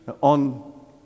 on